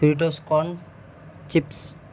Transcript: Fritos corn chips